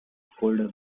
colder